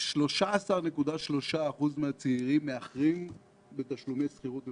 13.3% מהצעירים מאחרים בתשלומי שכירות במשכנתא,